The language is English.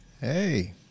Hey